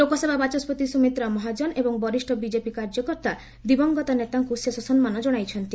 ଲୋକସଭା ବାଚସ୍କତି ସୁମିତ୍ରା ମହାଜନ ଏବଂ ବରିଷ୍ଣ ବିକେପି କାର୍ଯ୍ୟକର୍ତ୍ତା ଦିବଂଗତ ନେତାଙ୍କ ଶେଷ ସମ୍ମାନ ଜଣାଇଛନ୍ତି